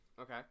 Okay